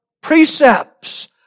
precepts